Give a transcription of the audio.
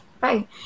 Bye